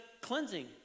cleansing